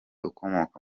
ukomoka